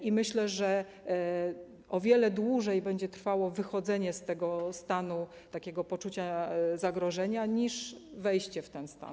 I myślę, że o wiele dłużej będzie trwało wychodzenie z tego stanu takiego poczucia zagrożenia niż wejście w ten stan.